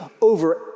over